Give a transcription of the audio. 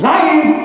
Life